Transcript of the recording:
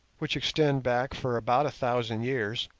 which extend back for about a thousand years,